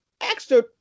extra